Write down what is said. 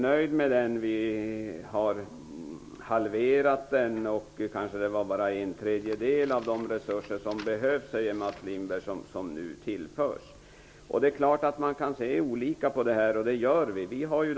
Vidare säger han att det kanske bara är en tredjedel av de resurser som behövs som nu tillförs. Ja, det är klart att det kan finnas olika uppfattningar här. Vi ser annorlunda på det här.